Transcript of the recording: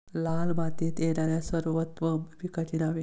लाल मातीत येणाऱ्या सर्वोत्तम पिकांची नावे?